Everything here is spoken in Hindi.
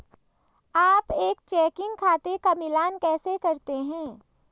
आप एक चेकिंग खाते का मिलान कैसे करते हैं?